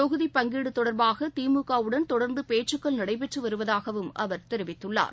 தொகுதிப் பங்கீடுதொடர்பாகதிமுகவுடன் தொடர்ந்துபேச்சுக்கள் நடைபெற்றுவருவதாகவும் அவர் தெரிவித்தார்